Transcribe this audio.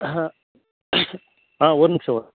ஆ ஒரு நிமிஷம்